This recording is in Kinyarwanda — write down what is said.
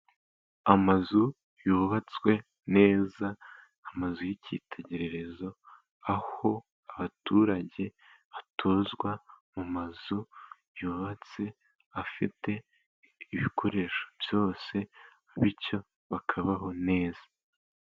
Amazu yubatswe neza, amazu y’icyitegererezo, aho abaturage batuzwa mu mazu yubatse afite ibikoresho byose, bityo bakabaho neza.